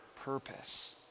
purpose